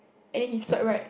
and he swipe right